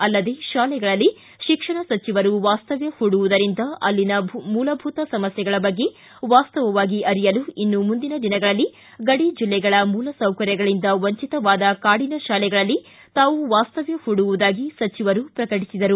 ಅಲ್ಲದೇ ಶಾಲೆಗಳಲ್ಲಿ ಶಿಕ್ಷಣ ಸಚಿವರು ವಾಸ್ತವ್ದ ಹೂಡುವುದರಿಂದ ಅಲ್ಲಿನ ಮೂಲಭೂತ ಸಮಸ್ಟೆಗಳ ಬಗ್ಗೆ ವಾಸ್ತವವಾಗಿ ಅರಿಯಲು ಇನ್ನು ಮುಂದಿನ ದಿನಗಳಲ್ಲಿ ಗಡಿ ಜಿಲ್ಲೆಗಳ ಮೂಲಸೌಕರ್ಯಗಳಿಂದ ವಂಚಿತವಾದ ಕಾಡಿನ ತಾಲೆಗಳಲ್ಲಿ ತಾವು ವಾಸ್ತವ್ಯ ಹೂಡುವುದಾಗಿ ಸಚಿವರು ಪ್ರಕಟಿಸಿದರು